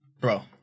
bro